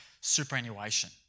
superannuation